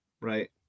right